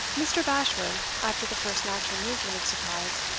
mr. bashwood, after the first natural movement of surprise,